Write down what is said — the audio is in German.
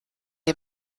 die